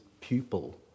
pupil